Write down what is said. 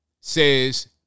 says